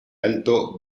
alto